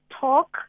talk